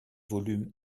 volume